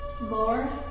Lord